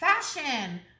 fashion